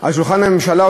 על שולחן הממשלה,